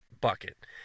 bucket